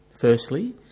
firstly